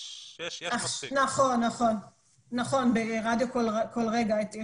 יש את 'רדיו קול רגע'.